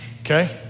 okay